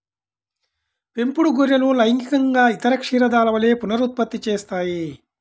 పెంపుడు గొర్రెలు లైంగికంగా ఇతర క్షీరదాల వలె పునరుత్పత్తి చేస్తాయి